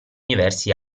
diversi